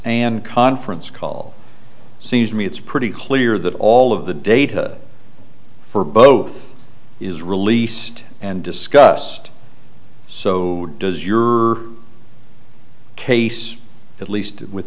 and conference call seems to me it's pretty clear that all of the data for both is released and discussed so does your case at least with